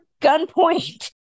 gunpoint